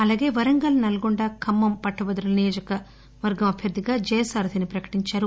అలాగే వరంగల్ నల్గొండ ఖమ్మం పట్టభద్రుల నియోజకవర్గ అభ్యర్థిగా జయసారధిని ప్రకటించారు